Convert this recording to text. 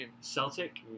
Celtic